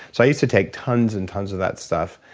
so i used to take tons and tons of that stuff.